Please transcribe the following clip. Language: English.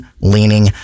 leaning